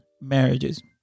marriages